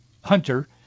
Hunter